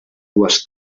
dues